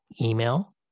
email